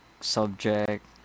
subject